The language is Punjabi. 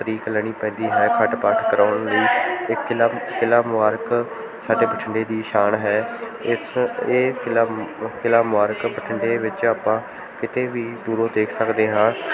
ਤਰੀਕ ਲੈਣੀ ਪੈਂਦੀ ਹੈ ਅਖੰਡ ਪਾਠ ਕਰਵਾਉਣ ਲਈ ਇਹ ਕਿਲ੍ਹਾ ਕਿਲ੍ਹਾ ਮੁਬਾਰਕ ਸਾਡੇ ਬਠਿੰਡੇ ਦੀ ਸ਼ਾਨ ਹੈ ਇਸ ਇਹ ਕਿਲ੍ਹਾ ਕਿਲ੍ਹਾ ਮੁਬਾਰਕ ਬਠਿੰਡੇ ਵਿੱਚ ਆਪਾਂ ਕਿਤੇ ਵੀ ਦੂਰੋਂ ਦੇਖ ਸਕਦੇ ਹਾਂ